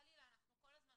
חלילה אנחנו כל הזמן,